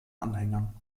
anhängern